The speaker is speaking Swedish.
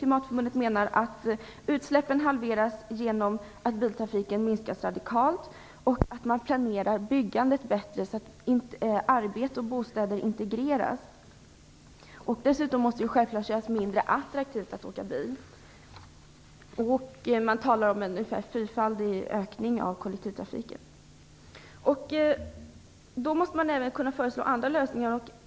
Klimatförbundet menar att utsläppen halveras genom att biltrafiken minskas radikalt och genom att man planerar byggnader bättre, så att arbetsplatser och bostäder integreras. Dessutom måste det självfallet göras mindre attraktivt att åka bil. Man talar om en ungefär fyrfaldig ökning av kollektivtrafiken. Man måste även kunna föreslå andra lösningar.